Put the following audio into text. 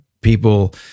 People